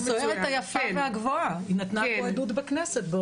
הסוהרת היפה והגבוהה, היא נתנה פה עדות בכנסת.